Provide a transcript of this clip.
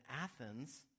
Athens